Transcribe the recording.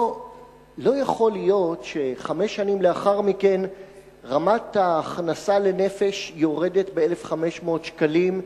לא יכול להיות שחמש שנים לאחר מכן רמת ההכנסה לנפש יורדת ב-1,500 שקלים,